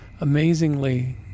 amazingly